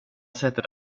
sättet